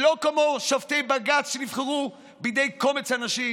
שלא כמו שופטי בג"ץ שנבחרו בידי קומץ אנשים.